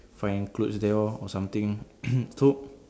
find clothes there lor or something so